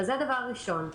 זה דבר ראשון.